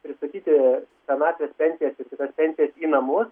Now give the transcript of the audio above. pristatyti senatvės pensijas ir kitas pensijas į namus